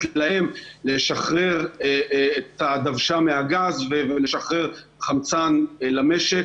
להם לשחרר את הדוושה מהגז ולשחרר חמצן למשק.